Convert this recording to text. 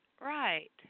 Right